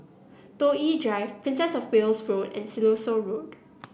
Toh Yi Drive Princess Of Wales Road and Siloso Road